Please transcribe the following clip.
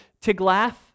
tiglath